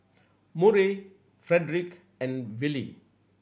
Murray Frederick and Wylie